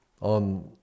on